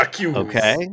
Okay